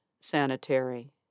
sanitary